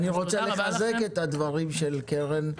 אני רוצה לחזק את הדברים של קרן.